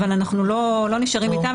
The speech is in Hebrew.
אבל אנחנו לא נשארים איתן,